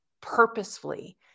purposefully